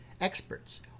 experts